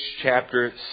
chapter